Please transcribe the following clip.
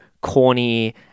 corny